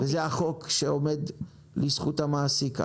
זה החוק שעומד לזכות המעסיק.